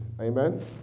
Amen